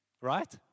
Right